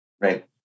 right